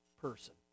person